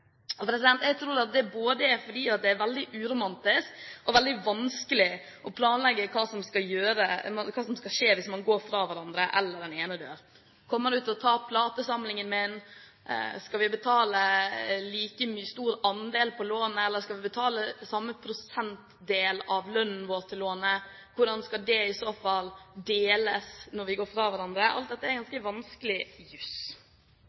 fordi det er veldig uromantisk og veldig vanskelig å planlegge hva som skal skje hvis man går fra hverandre eller den ene dør. Kommer du til å ta platesamlingen min? Skal vi betale like stor andel på lånet, eller skal vi betale samme prosentdel av lønnen vår til lånet? Hvordan skal det i så fall deles når vi går fra hverandre? Alt dette er